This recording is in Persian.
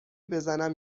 بزنم